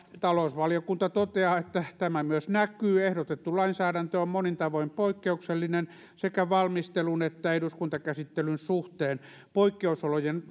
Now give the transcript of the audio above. talousvaliokunta toteaa että tämä myös näkyy ehdotettu lainsäädäntö on monin tavoin poikkeuksellinen sekä valmistelun että eduskuntakäsittelyn suhteen poikkeusolojen